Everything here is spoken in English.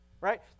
right